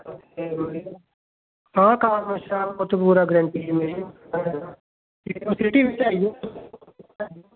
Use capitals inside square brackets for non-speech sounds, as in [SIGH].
[UNINTELLIGIBLE] हां कम्म शैल उत्थे पूरा गरैंटी ऐ मेरी [UNINTELLIGIBLE]